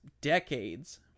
decades